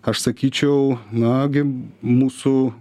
aš sakyčiau na gi mūsų